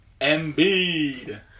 Embiid